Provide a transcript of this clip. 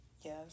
Yes